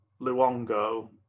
Luongo